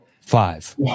Five